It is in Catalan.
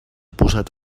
posat